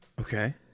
Okay